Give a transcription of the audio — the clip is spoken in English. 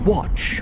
Watch